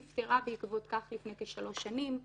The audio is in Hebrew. נפטרה בעקבות כך לפני כשלוש שנים.